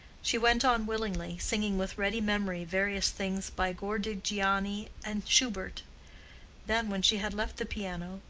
she went on willingly, singing with ready memory various things by gordigiani and schubert then, when she had left the piano,